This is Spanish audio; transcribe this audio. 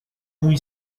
muy